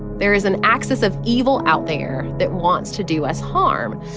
there is an axis of evil out there that wants to do us harm.